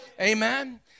Amen